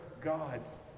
gods